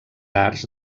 arts